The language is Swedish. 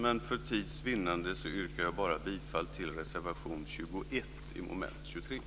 Men för tids vinnande yrkar jag bara bifall till reservation 21